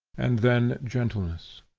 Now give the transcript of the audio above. and then gentleness.